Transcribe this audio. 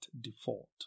default